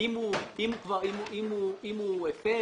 אם הוא הפר